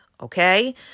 okay